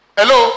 Hello